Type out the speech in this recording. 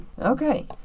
Okay